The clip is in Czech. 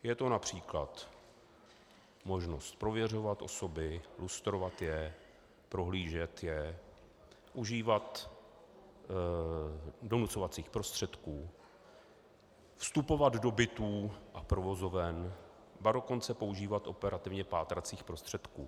Je to např. možnost prověřovat osoby, lustrovat je, prohlížet je, užívat donucovacích prostředků, vstupovat do bytů a provozoven, ba dokonce používat operativně pátracích prostředků.